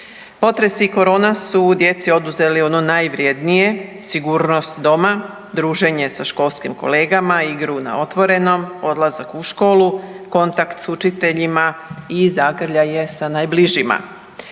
Potres i korona su djeci oduzeli ono najvrijednije sigurnost doma, druženje sa školskim kolegama, igru na otvorenom, odlazak u školu, kontakt s učiteljima i zagrljaje sa najbližima.